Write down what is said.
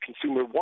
consumer